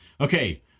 okay